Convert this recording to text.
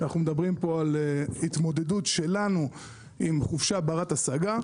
אנחנו מדברים פה על התמודדות שלנו עם חופשה ברת השגה.